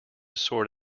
sort